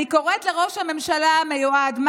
אני קוראת לראש הממשלה המיועד,